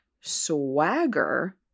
swagger